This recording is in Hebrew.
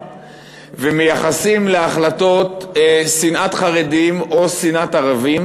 ומייחסים להחלטות שנאת חרדים או שנאת ערבים,